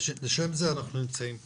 לשם זה אנחנו נמצאים כאן.